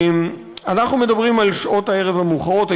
אנחנו מדברים על שעות הערב המאוחרות,